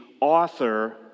author